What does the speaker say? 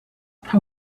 how